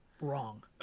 wrong